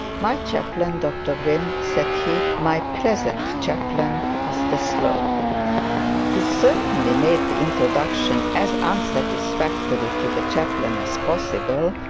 my chaplain, dr gwynne said he my present chaplain, mr slope he certainly made the introduction as unsatisfactory to the chaplain as possible,